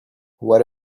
what